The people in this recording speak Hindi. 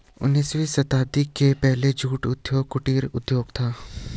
उन्नीसवीं शताब्दी के पहले जूट उद्योग कुटीर उद्योग था